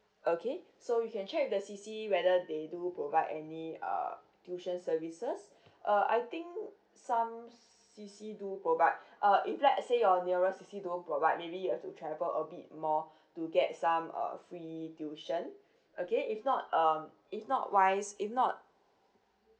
okay so you can check with the C_C whether they do provide any uh tuition services uh I think some C_C do provide uh if let's say your nearest C_C don't provide maybe you have to travel a bit more to get some uh free tuition okay if not um it's not wise if not